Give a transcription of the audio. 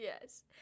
Yes